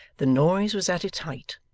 the noise was at its height,